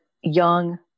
young